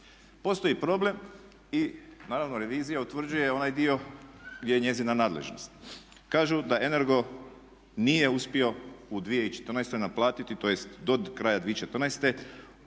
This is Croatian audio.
Postoji problem i naravno revizija utvrđuje onaj dio gdje je njezina nadležnost. Kažu da Energo nije uspio u 2014. naplatiti tj. do kraja 2014.